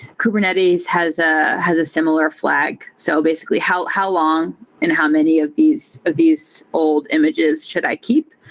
kubernetes has ah has a similar flag. so basically, how how long and how many of these of these old images should i keep.